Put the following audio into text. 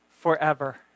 forever